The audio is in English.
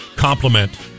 compliment